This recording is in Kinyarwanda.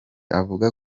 avuga